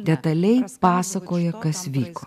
detaliai pasakoja kas vyko